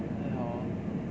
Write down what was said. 还好 lor